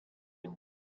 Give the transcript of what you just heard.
you